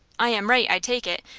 i am right, i take it,